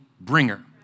bringer